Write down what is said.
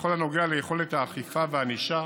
בכל הנוגע ליכולת האכיפה והענישה